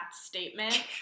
statement